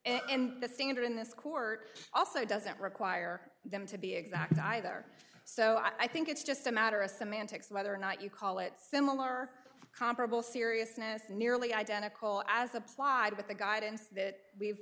standard in this court also doesn't require them to be exact either so i think it's just a matter of semantics whether or not you call it similar comparable seriousness nearly identical as applied with the guidance that we've